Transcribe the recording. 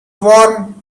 warm